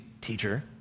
teacher